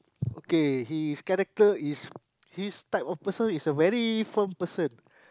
okay his character is he is type of person is a very firm person